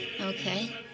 Okay